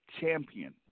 champion